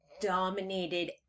dominated